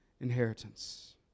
inheritance